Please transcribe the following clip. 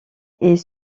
est